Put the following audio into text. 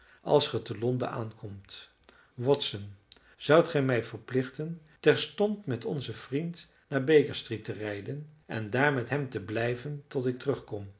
als gij te londen aankomt watson zoudt gij mij verplichten terstond met onzen vriend naar baker street te rijden en daar met hem te blijven tot ik terugkom